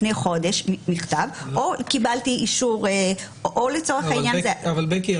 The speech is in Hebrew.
לפני חודש מכתב או קיבלתי אישור או לצורך העניין --- בקי,